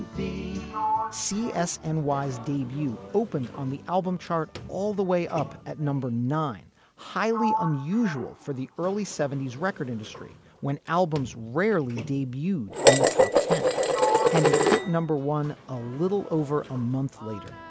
the c s. and y's debut opened on the album chart all the way up at number nine highly unusual for the early seventy s record industry when albums rarely debuted in the top ten and it hit number one a little over a month later.